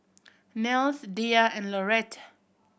Nels Diya and Laurette